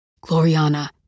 Gloriana